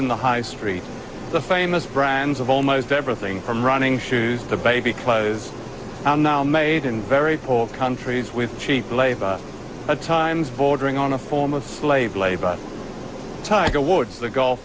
in the high street the famous brands of almost everything from running shoes to baby clothes made in very poor countries with cheap labor at times bordering on a form of slave labor tiger woods the golf